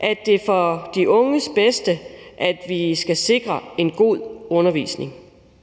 at det er for de unges bedste, at vi skal sikre en god undervisning.